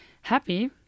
happy